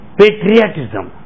patriotism